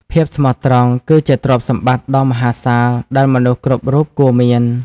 ភាពស្មោះត្រង់គឺជាទ្រព្យសម្បត្តិដ៏មហាសាលដែលមនុស្សគ្រប់រូបគួរមាន។